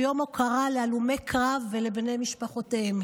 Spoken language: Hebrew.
ביום ההוקרה להלומי הקרב ולבני משפחותיהם.